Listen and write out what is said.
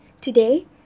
Today